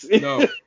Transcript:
No